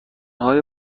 های